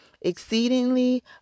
exceedingly